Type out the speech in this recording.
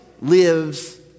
lives